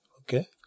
okay